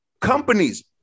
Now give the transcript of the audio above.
companies